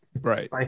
Right